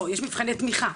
לא, יש מבחני תמיכה.